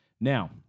Now